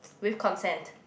with consent